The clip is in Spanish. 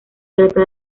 trata